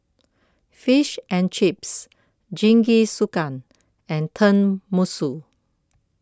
Fish and Chips Jingisukan and Tenmusu